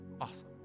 Awesome